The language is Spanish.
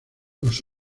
los